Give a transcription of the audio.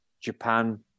Japan